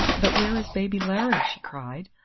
but where is baby larry? she cried,